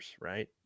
right